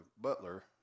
butler